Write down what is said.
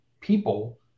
people